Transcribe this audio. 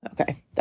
Okay